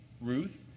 Ruth